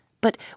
but